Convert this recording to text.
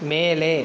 மேலே